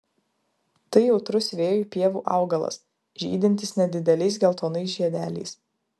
tai jautrus vėjui pievų augalas žydintis nedideliais geltonais žiedeliais